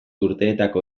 urteetako